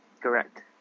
Correct